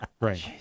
right